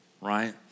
right